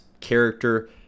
character